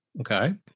Okay